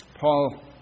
Paul